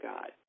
God